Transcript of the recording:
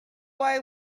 why